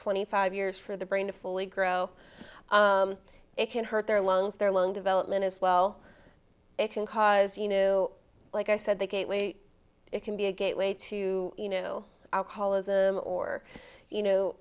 twenty five years for the brain to fully grow it can hurt their loans their loan development as well it can cause you know like i said the gately it can be a gateway to you know alcohol is a or you know